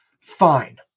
Fine